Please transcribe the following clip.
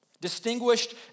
Distinguished